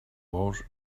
bous